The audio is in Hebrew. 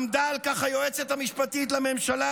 עמדה על כך היועצת המשפטית לממשלה,